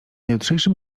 jutrzejszym